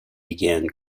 began